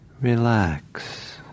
relax